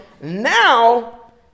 now